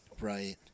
Right